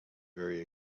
very